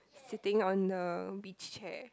sitting on a beach chair